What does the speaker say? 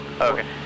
Okay